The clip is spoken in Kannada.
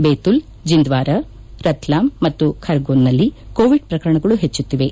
ಬೇತುಲ್ ಚಿಂದ್ವಾರಾ ರತ್ಲಾಮ್ ಮತ್ತು ಖರ್ಗೋನ್ನಲ್ಲಿ ಕೋವಿಡ್ ಪ್ರಕರಣಗಳು ಹೆಚ್ಚುತ್ತಿವೆ